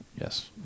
Yes